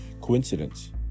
coincidence